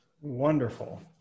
Wonderful